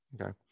Okay